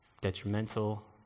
detrimental